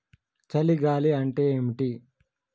చలి గాలి అంటే ఏమిటి?